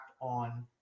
on